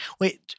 Wait